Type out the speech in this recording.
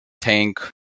Tank